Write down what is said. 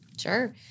Sure